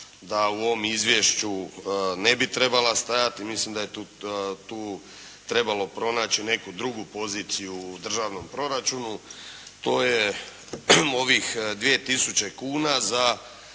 da u ovom izvješću ne bi trebala stajati. Mislim da je tu trebalo pronaći neku drugu pozicijju u Državnom proračunu. To je ovih 2000 kuna za